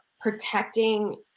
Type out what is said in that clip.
protecting